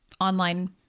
online